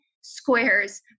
squares